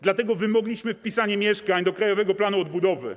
Dlatego wymogliśmy wpisanie mieszkań do Krajowego Planu Odbudowy.